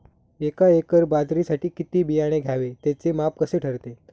एका एकर बाजरीसाठी किती बियाणे घ्यावे? त्याचे माप कसे ठरते?